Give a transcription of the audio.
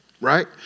Right